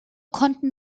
konnten